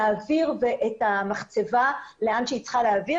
להעביר את המחצבה לאן שהיא צריכה להעביר